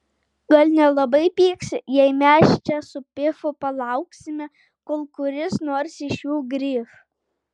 gal nelabai pyksi jei mes čia su pifu palauksime kol kuris nors iš jų grįš